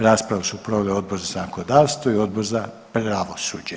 Raspravu su proveli Odbor za zakonodavstvo i Odbor za pravosuđe.